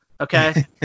okay